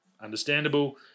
understandable